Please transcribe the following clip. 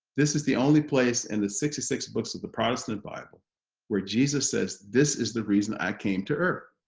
this is the only place in and the sixty six books of the protestant bible where jesus says this is the reason i came to earth.